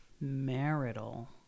Marital